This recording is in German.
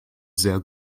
sehr